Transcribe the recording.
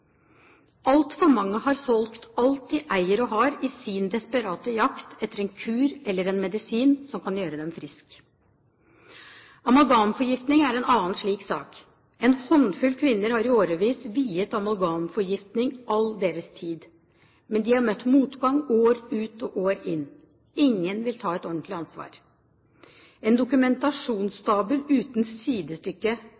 Altfor mange har solgt alt de eier og har, i sin desperate jakt etter en kur eller en medisin som kan gjøre dem friske. Amalgamforgiftning er en annen slik sak. En håndfull kvinner har i årevis viet amalgamforgiftning all sin tid. Men de har møtt motgang år ut og år inn. Ingen vil ta et ordentlig ansvar. Man har en